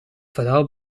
vooral